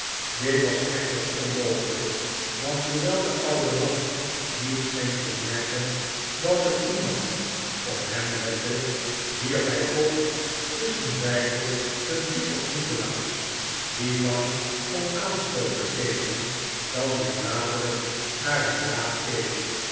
dit was echter onmogelijk want hoewel de oude man niet scheen te merken dat er iemand op hem lette wierp hij toch tusschenbeide een blik op nikolaas die bang om aanstoot te geven dan weer dadelijk naar het raam